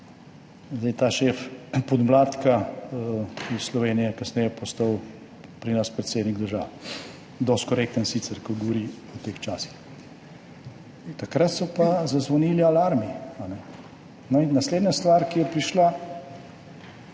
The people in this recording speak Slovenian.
Šef podmladka iz Slovenije je kasneje postal pri nas predsednik države, sicer dosti korekten, ko govori o teh časih. Takrat pa so zazvonili alarmi. Naslednja stvar, ki je prišla